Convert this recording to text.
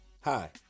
Hi